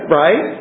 right